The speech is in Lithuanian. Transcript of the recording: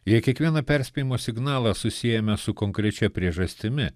jei kiekvieną perspėjimo signalą susiejame su konkrečia priežastimi